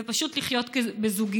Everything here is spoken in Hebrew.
ופשוט חיים בזוגיות.